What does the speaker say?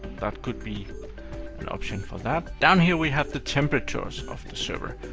that could be an option for that. down here, we have the temperatures of the server.